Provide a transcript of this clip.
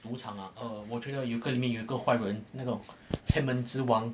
赌场啊 err 我觉得有个里面有个坏人那个千门之王